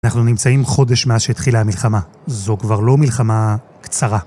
אנחנו נמצאים חודש מאז שהתחילה המלחמה. זו כבר לא מלחמה קצרה.